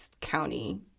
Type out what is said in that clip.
county